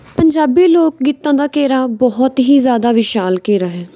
ਪੰਜਾਬੀ ਲੋਕ ਗੀਤਾਂ ਦਾ ਘੇਰਾ ਬਹੁਤ ਹੀ ਜ਼ਿਆਦਾ ਵਿਸ਼ਾਲ ਘੇਰਾ ਹੈ